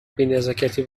بینزاکتی